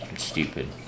Stupid